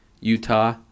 Utah